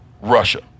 russia